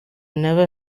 never